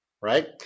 right